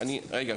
רגע,